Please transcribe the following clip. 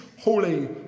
Holy